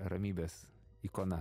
ramybės ikona